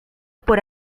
por